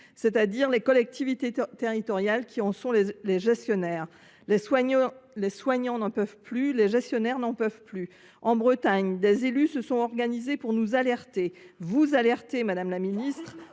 et sur les collectivités territoriales, qui en sont les gestionnaires. Les soignants, comme les gestionnaires, n’en peuvent plus. En Bretagne, des élus se sont organisés pour nous alerter – vous alerter, madame la ministre